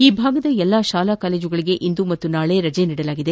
ಈ ಭಾಗದ ಎಲ್ಲಾ ಶಾಲಾ ಕಾಲೇಜುಗಳಿಗೆ ಇಂದು ಮತ್ತು ನಾಳಿ ರಜೆ ಫೋಷಿಸಲಾಗಿದೆ